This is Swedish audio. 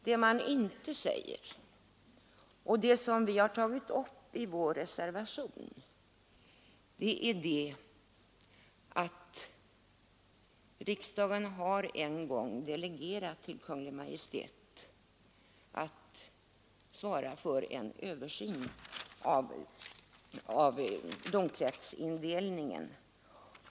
Det utskottsmajoriteten inte säger men som vi har tagit upp i vår reservation är att riksdagen en gång har delegerat till Kungl. Maj:t att svara för en översyn av domkretsindelningen.